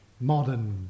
modern